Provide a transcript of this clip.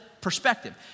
perspective